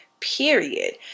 period